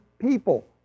people